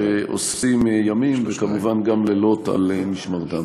שעושים ימים וכמובן גם לילות על משמרתם.